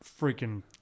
freaking